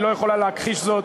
היא לא יכולה להכחיש זאת.